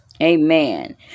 Amen